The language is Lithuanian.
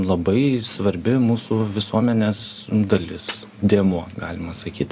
labai svarbi mūsų visuomenės dalis dėmuo galima sakyti